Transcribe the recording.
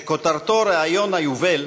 שכותרתו "רעיון היובל",